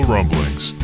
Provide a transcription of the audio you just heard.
Rumblings